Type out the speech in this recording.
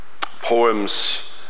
poems